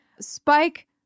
Spike